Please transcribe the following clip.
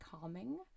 calming